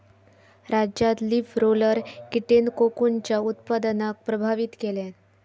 राज्यात leaf roller कीटेन कोकूनच्या उत्पादनाक प्रभावित केल्यान